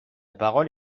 parole